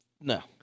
No